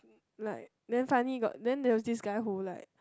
like then finally got then there was this guy who like